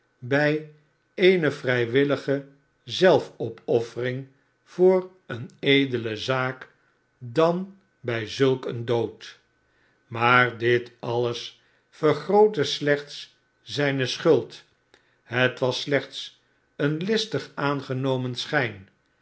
bij eene vrijwillige zelfopoffering voor eene edele zaak dan bij zulk een dood maar dit alles vergrootte slechts zijne schuld het was slechts een listig aangenomen schijn